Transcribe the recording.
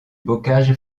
bocage